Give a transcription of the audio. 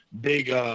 big